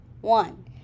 One